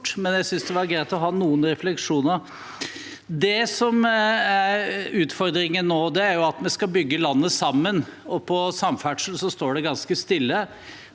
men jeg synes det var greit å ha noen refleksjoner. Det som er utfordringen nå, er at vi skal bygge landet sammen, og på samferdsel står det ganske stille.